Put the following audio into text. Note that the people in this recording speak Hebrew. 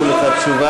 והם ישיבו לך תשובה.